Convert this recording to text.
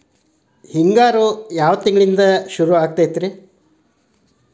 ಹಿಂಗಾರು ಯಾವ ತಿಂಗಳಿನಿಂದ ಶುರುವಾಗತೈತಿ?